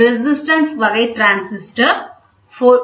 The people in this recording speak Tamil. ரேசிஸ்டன்ஸ் வகை டிரான்ஸ்யூசர் 2